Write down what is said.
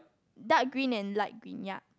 dark green and light green ya